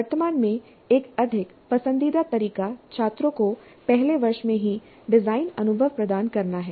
वर्तमान में एक अधिक पसंदीदा तरीका छात्रों को पहले वर्ष में ही डिजाइन अनुभव प्रदान करना है